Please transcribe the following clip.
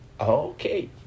Okay